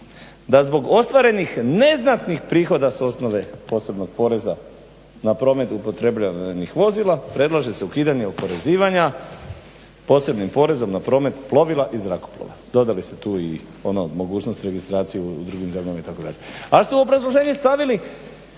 da zbog ostvarenih neznatnih prihoda s osnove posebnog poreza na promet upotrebljavanih vozila predlaže se ukidanje oporezivanja posebnim porezom na promet plovila i zrakoplova, dodali ste tu i ono mogućnost registracije u drugim zemljama itd., ali ste u obrazloženju ispravili